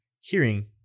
hearing